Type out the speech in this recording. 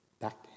back